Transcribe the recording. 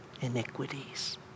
iniquities